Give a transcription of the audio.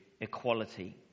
equality